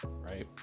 right